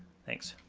thanks.